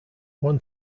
one